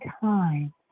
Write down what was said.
time